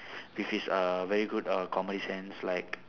with his uh very good uh comedy sense like